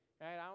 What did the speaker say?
right